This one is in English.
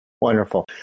Wonderful